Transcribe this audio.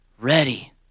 ready